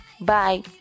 Bye